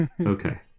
Okay